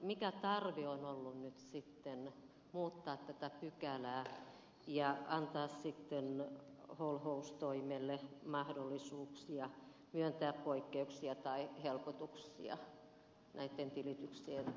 mikä tarve on ollut nyt sitten muuttaa tätä pykälää ja antaa sitten holhoustoimelle mahdollisuuksia myöntää poikkeuksia tai helpotuksia näitten tilityksien tekemisessä